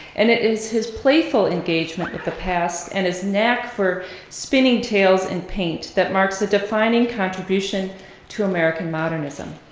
and it is his playful engagement with the past and his knack for spinning tales in paint that marks a defining contribution to american modernism.